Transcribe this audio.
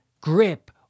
grip